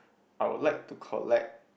I will like to collect